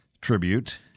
tribute